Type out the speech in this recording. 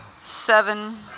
Seven